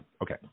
Okay